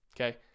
okay